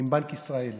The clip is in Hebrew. עם בנק ישראל,